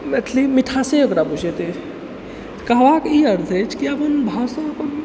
मैथिली मिठास ओकरा बुझेतै कहबाके ई अर्थ अछि की अपन भाषा अपन